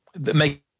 make